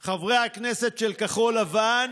אנחנו מוכנים לשבת בריחוק חברתי של חמישה מטרים